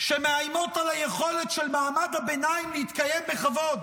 שמאיימות על היכולת של מעמד הביניים להתקיים בכבוד,